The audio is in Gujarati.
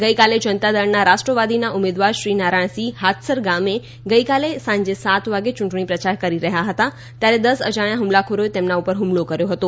ગઈકાલે જનતાદળ રાષ્ટ્રવાદીના ઉમેદવાર શ્રી નારાયણ સિંહ હાથસર ગામે ગઈકાલે સાંજે સાત વાગે ચૂંટણી પ્રચાર કરી રહ્યા હતા ત્યારે દસ અજાણ્યા હ્મલખોરોએ તેમના ઉપર હ્મલો કર્યો હતો